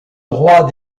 droits